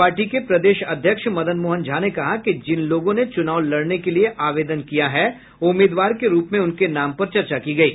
party के प्रदेश अध्यक्ष मदन मोहन झा ने कहा कि जिन लोगों ने चुनाव लड़ने के लिये आवेदन किया है उम्मीदवार के रूप में उनके नाम पर चर्चा की गयी